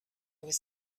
was